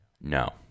No